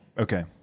Okay